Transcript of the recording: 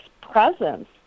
presence